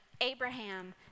Abraham